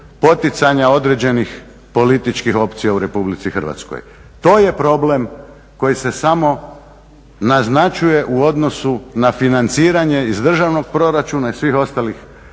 poticanja određenih političkih opcija u RH. To je problem koji se samo naznačuje u odnosu na financiranje iz državnog proračuna i svih ostalih